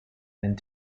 and